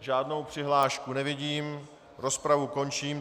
Žádnou přihlášku nevidím, rozpravu končím.